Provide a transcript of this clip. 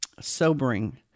sobering